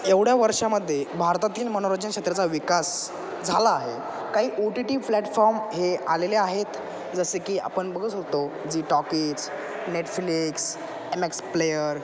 एवढ्या वर्षामध्ये भारतातील मनोरंजन क्षेत्राचा विकास झाला आहे काही ओ टी टी प्लॅटफॉर्म हे आलेले आहेत जसे की आपण बघत होतो Zee Talkies Netflix M X player